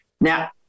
Now